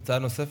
הצעה נוספת.